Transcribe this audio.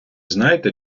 знаєте